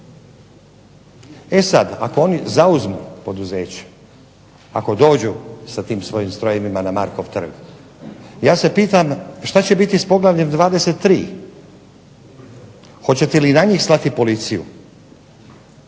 E sad, ako oni zauzmu poduzeće, ako dođu sa tim svojim strojevima na Markov trg ja se pitam šta će biti sa poglavljen 23? Hoćete li i na njih slati policiju?